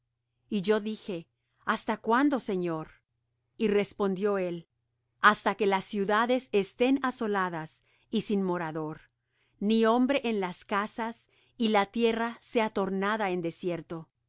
y yo dije hasta cuándo señor y respondió él hasta que las ciudades estén asoladas y sin morador ni hombre en las casas y la tierra sea tornada en desierto